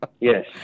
Yes